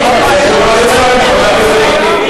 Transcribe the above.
יש שורה של צעדים,